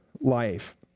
life